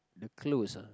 the close ah